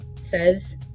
says